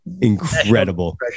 incredible